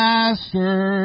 Master